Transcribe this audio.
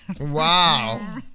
Wow